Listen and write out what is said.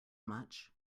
much